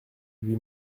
lui